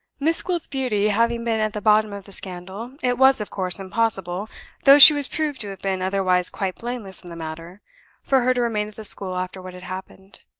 miss gwilt's beauty having been at the bottom of the scandal, it was, of course, impossible though she was proved to have been otherwise quite blameless in the matter for her to remain at the school after what had happened.